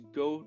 go